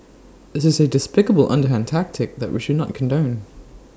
this is A despicable underhand tactic that we should not condone